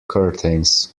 curtains